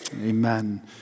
Amen